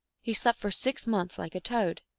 he slept for six months, like a toad.